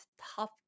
top